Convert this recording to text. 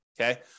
Okay